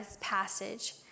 passage